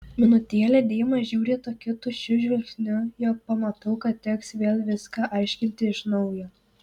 minutėlę deima žiūri tokiu tuščiu žvilgsniu jog pamanau kad teks vėl viską aiškinti iš naujo